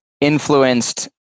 influenced